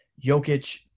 Jokic